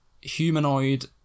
humanoid